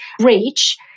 reach